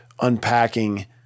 unpacking